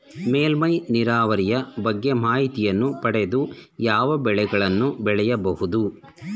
ಮೇಲ್ಮೈ ನೀರಾವರಿಯ ಬಗ್ಗೆ ಮಾಹಿತಿಯನ್ನು ಪಡೆದು ಯಾವ ಬೆಳೆಗಳನ್ನು ಬೆಳೆಯಬಹುದು?